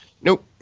Nope